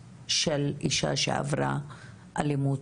בעצם את התופעה התחלנו להכיר בערך לפני